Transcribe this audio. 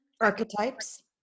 archetypes